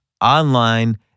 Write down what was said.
online